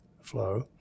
flow